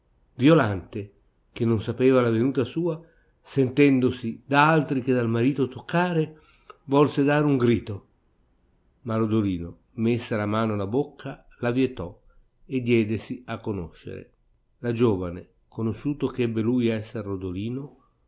violante che non sapeva la venuta sua sentendosi da altri che dal marito toccare volse dar un grido ma rodolino messa la mano alla bocca la vietò e diedesi a conoscere la giovane co nosciuto che ebbe lui esser rodolino